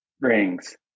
rings